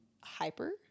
hyper